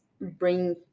bring